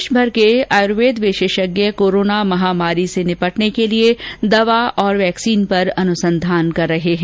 देशभर के आयुर्वेद विशेषज्ञ कोरोना महामारी से निपटने के लिए दवा और वैक्सीन पर अनुसंधान कर रहे है